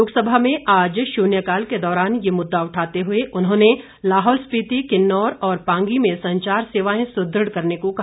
लोकसभा में आज शून्य काल के दौरान ये मुद्दा उठाते हुए उन्होंने लाहौल स्पिति किन्नौर और पांगी में संचार सेवाएं सुदृढ़ करने को कहा